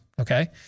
Okay